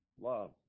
love